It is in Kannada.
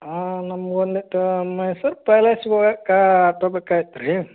ಹಾಂ ನಮ್ಗೆ ಒಂದಿಷ್ಟ್ ಮೈಸೂರು ಪ್ಯಾಲೇಸಿಗೆ ಹೋಗೊಕ್ಕಾ ಆಟೋ ಬೇಕಾಗಿತ್ ರೀ